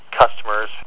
customers